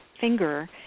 finger